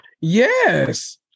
Yes